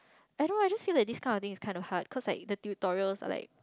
I know I just feel like this kind of thing is kind of hard cause like the tutorials are like